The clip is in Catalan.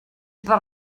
per